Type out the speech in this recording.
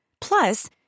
Plus